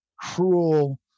cruel